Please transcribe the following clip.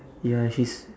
ya he's